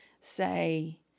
say